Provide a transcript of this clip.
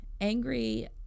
angry